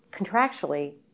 contractually